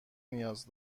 نیاز